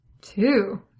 Two